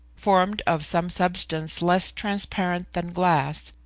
formed of some substance less transparent than glass,